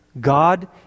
God